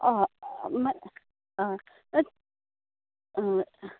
हय म्ह हय आं